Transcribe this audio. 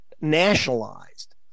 nationalized